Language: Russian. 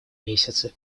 месяцы